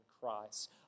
Christ